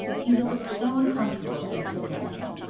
edith looked so uncomfortable at this suggestion,